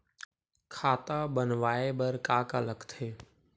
खाता बनवाय बर का का लगथे?